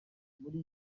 muri